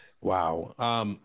Wow